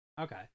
Okay